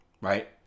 right